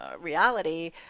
reality